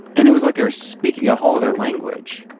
and it was like they're speaking a whole other language.